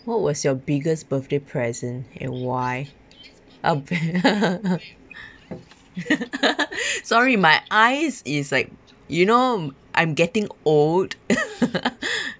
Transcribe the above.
what was your biggest birthday present and why oh be~ sorry my eyes is like you know I'm getting old